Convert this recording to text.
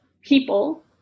people